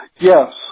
Yes